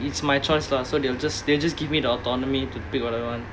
it's my choice lah so they will just they just give me the autonomy to pick what I want